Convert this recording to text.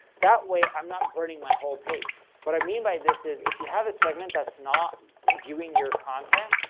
that way, i'm not burning my whole page. what i mean by this is if you have a segment that's not viewing your content,